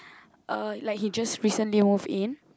uh like he just recently move in